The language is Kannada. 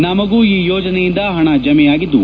ನಮಗೂ ಈ ಯೋಜನೆಯಿಂದ ಹಣ ಜಮೆ ಆಗಿದ್ದು